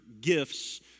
gifts